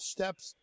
Steps